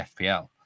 FPL